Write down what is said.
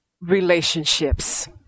relationships